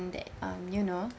that um you know